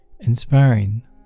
inspiring